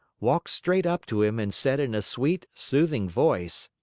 walked straight up to him and said in a sweet, soothing voice